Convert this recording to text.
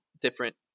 different